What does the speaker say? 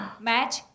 match